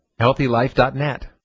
HealthyLife.net